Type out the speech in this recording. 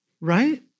right